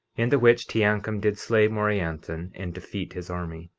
in the which teancum did slay morianton and defeat his army,